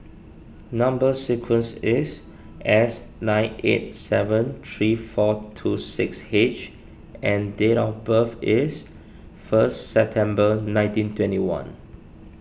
Number Sequence is S nine eight seven three four two six H and date of birth is first September nineteen twenty one